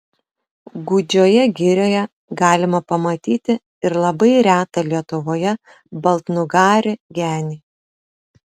gūdžioje girioje galima pamatyti ir labai retą lietuvoje baltnugarį genį